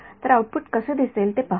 तर आऊटपुट कसे दिसेल ते पाहू